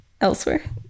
elsewhere